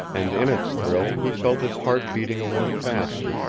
and in its thrill he felt his heart beating a little faster,